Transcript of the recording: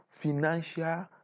financial